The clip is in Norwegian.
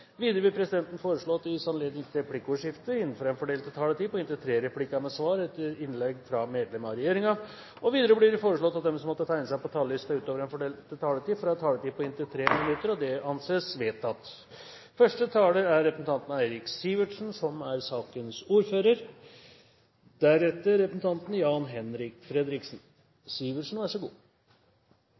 Videre vil presidenten foreslå at det gis anledning til replikkordskifte på inntil tre replikker med svar etter innlegg fra medlem av regjeringen innenfor den fordelte taletid. Videre blir det foreslått at de som måtte tegne seg på talerlisten utover den fordelte taletid, får en taletid på inntil 3 minutter. – Det anses vedtatt. Dette representantforslaget tar opp tre temaer som alle er nødvendige for en god